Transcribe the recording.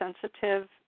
sensitive